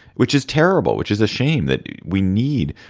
which is terrible, which is a shame that we need.